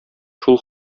шул